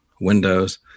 windows